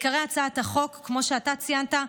כמו שציינת,